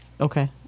Okay